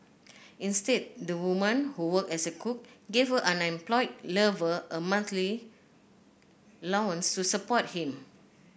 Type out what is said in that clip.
instead the woman who worked as a cook gave her unemployed lover a monthly allowance to support him